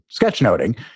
sketchnoting